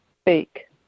speak